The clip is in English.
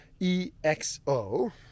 EXO